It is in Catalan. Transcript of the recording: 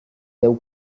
veu